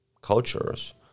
cultures